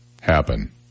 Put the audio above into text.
happen